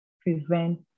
prevent